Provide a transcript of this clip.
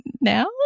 now